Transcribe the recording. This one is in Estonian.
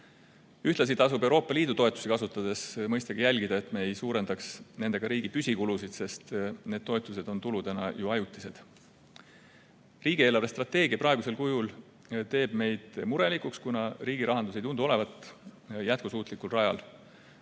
Ühtlasi tasub Euroopa Liidu toetusi kasutades mõistagi jälgida, et me ei suurendaks nendega riigi püsikulusid, sest need toetused on tuludena ju ajutised. Riigi eelarvestrateegia praegusel kujul teeb meid murelikuks, kuna riigirahandus ei tundu olevat jätkusuutlikul rajal.